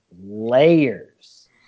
layers